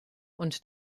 und